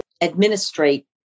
administrate